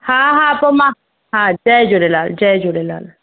हा हा पोइ मां हा जय झूलेलाल जय झूलेलाल